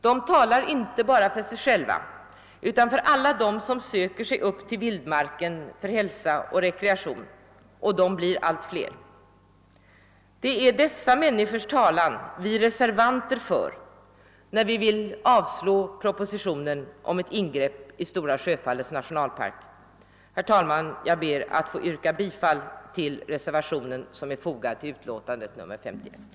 De talar inte bara för sig själva utan för alla dem som söker sig upp till vildmarken för hälsa och rekreation — och dessa blir allt fler. Det är dessa människors talan vi reservanter för, när vi vill avslå propositionen om ett ingrepp i Stora Sjöfallets nationalpark. Herr talman! Jag ber att få yrka bifall till reservationen, som är fogad till utlåtandet nr 51.